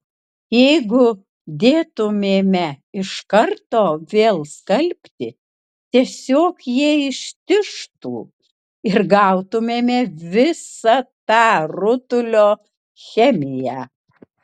jeigu dėtumėme iš karto vėl skalbti tiesiog jie ištižtų ir gautumėme visa tą rutulio chemiją